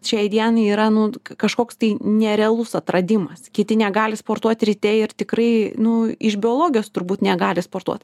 šiai dienai yra nu kažkoks tai nerealus atradimas kiti negali sportuoti ryte ir tikrai nu iš biologijos turbūt negali sportuot